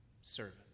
servant